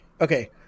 Okay